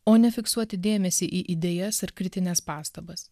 o ne fiksuoti dėmesį į idėjas ar kritines pastabas